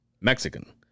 Mexican